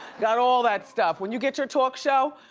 got all that stuff. when you get your talk show,